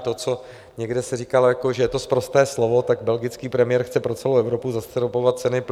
To, co někde se říkalo, jako že je to sprosté slovo, tak belgický premiér chce pro celou Evropu zastropovat ceny plynu.